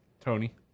Tony